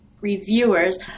reviewers